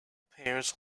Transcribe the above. pears